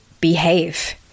behave